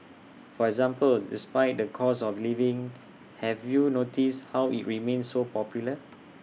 for example despite the cost of living have you noticed how IT remains so popular